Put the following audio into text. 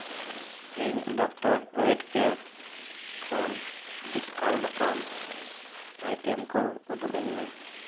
ᱤᱧ ᱰᱚᱠᱴᱚᱨ ᱚᱭᱮᱴᱠᱮᱨ ᱠᱷᱚᱱ ᱰᱤᱥᱠᱟᱣᱩᱱᱴ ᱟᱠᱟᱱ ᱟᱭᱴᱮᱢ ᱠᱚ ᱩᱫᱩᱜ ᱟᱹᱧ ᱢᱮ